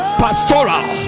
pastoral